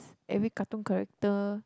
every cartoon character